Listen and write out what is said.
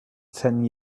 ten